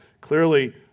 Clearly